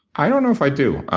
i don't know if i do.